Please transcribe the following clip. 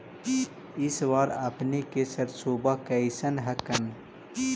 इस बार अपने के सरसोबा कैसन हकन?